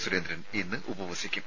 സുരേന്ദ്രൻ ഇന്ന് ഉപവസിക്കും